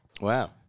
Wow